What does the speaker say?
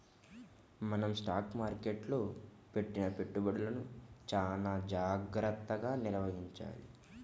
మనం స్టాక్ మార్కెట్టులో పెట్టిన పెట్టుబడులను చానా జాగర్తగా నిర్వహించాలి